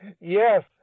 Yes